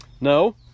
No